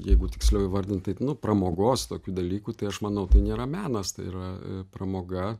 jeigu tiksliau įvardint taip nu pramogos tokiu dalyku tai aš manau tai nėra menas tai yra pramoga